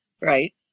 Right